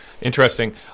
Interesting